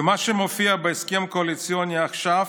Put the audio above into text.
מה שמופיע בהסכם הקואליציוני עכשיו